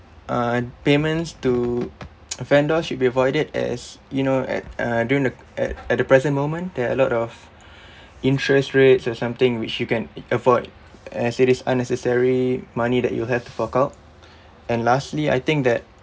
uh payments to vendors should be avoided as you know at uh during the at at the present moment there are a lot of interest rates or something which you can avoid as it is unnecessary money that you'll have to fork out and lastly I think that